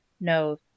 No